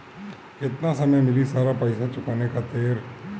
केतना समय मिली सारा पेईसा चुकाने खातिर?